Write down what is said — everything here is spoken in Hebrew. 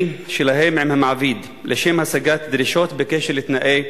שלהם עם המעביד לשם השגת דרישות בקשר לתנאי עבודתם".